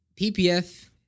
PPF